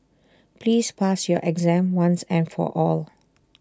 please pass your exam once and for all